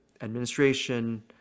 administration